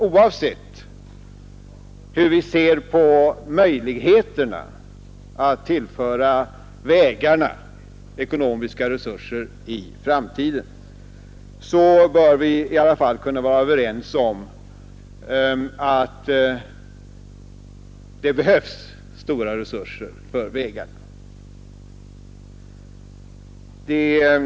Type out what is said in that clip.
Oavsett hur vi ser på möjligheterna att tillföra vägarna ekonomiska resurser i framtiden, tycker jag nog att vi bör kunna vara överens om att det behövs stora resurser för vägar.